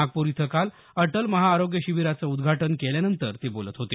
नागपूर इथं काल अटल महाआरोग्य शिबिराचं उद्घाटन केल्यानंतर ते बोलत होते